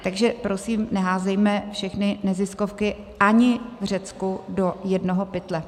Takže prosím, neházejme všechny neziskovky ani v Řecku do jednoho pytle.